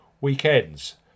weekend's